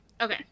Okay